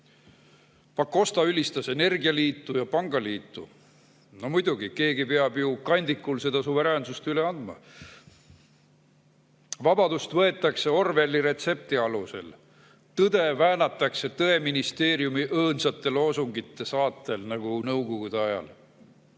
Pakosta ülistas energialiitu ja pangaliitu. Muidugi, keegi peab ju kandikul seda suveräänsust üle andma. Vabadust võetakse Orwelli retsepti alusel. Tõde väänatakse tõeministeeriumi õõnsate loosungite saatel nagu nõukogude ajal. Aga